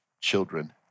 children